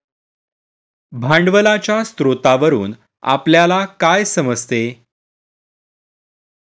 भांडवलाच्या स्रोतावरून आपल्याला काय समजते?